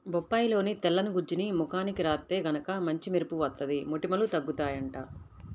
బొప్పాయిలోని తెల్లని గుజ్జుని ముఖానికి రాత్తే గనక మంచి మెరుపు వత్తది, మొటిమలూ తగ్గుతయ్యంట